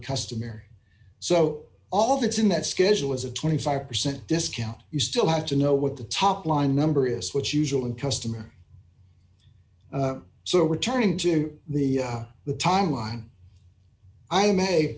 customary so all that in that schedule is a twenty five percent discount you still have to know what the top line number is what usual in customer so returning to the the time line i m